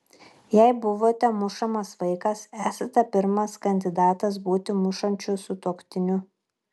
jei buvote mušamas vaikas esate pirmas kandidatas būti mušančiu sutuoktiniu